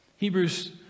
Hebrews